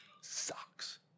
sucks